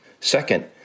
Second